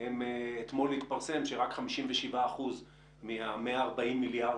שבפועל מתקיים סוג של חל"ת גמיש.